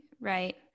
Right